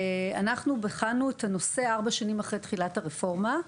אנחנו בחנו את הנושא ארבע שנים אחרי תחילת הרפורמה,